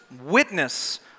witness